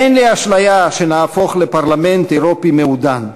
אין לי אשליה שנהפוך לפרלמנט אירופי מעודן.